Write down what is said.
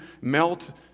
melt